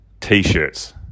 T-shirts